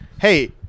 Hey